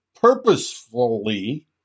purposefully